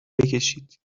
بکشید